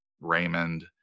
Raymond